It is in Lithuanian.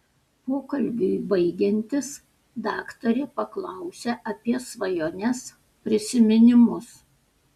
pokalbiui baigiantis daktarė paklausia apie svajones prisiminimus